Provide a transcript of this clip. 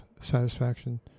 satisfaction